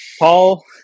paul